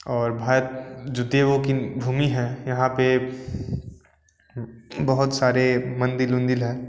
और भारत जो देवों की भूमि है यहाँ पे बहुत सारे मंदिर उंदिर हैं